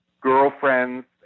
girlfriends